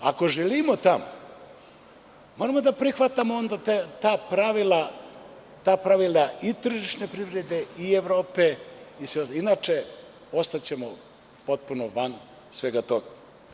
Ako želimo tamo moramo da prihvatamo onda ta pravila i tržišne privrede i Evrope, inače ostaćemo potpuno van svega toga.